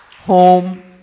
home